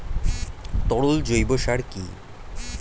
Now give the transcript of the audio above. তরল জৈব সার কি?